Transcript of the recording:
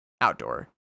Outdoor